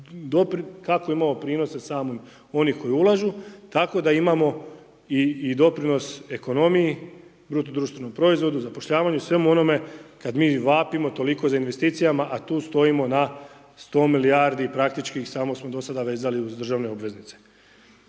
kako imamo prinose samo onih koji ulažu tako da imamo i doprinos ekonomiji, BDP-u, zapošljavanju i svemu onome kada mi vapimo toliko za investicijama a tu stojimo na 100 milijardi i praktički samo smo do sada vezali uz državne obveznice.